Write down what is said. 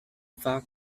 fact